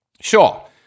Sure